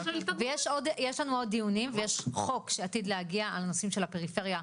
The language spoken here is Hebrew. ויש לנו עוד דיונים ויש חוק שעתיד להגיע על הנושאים של הפריפריה,